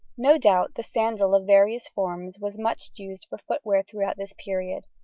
no doubt the sandal of various forms was much used for footwear through this period,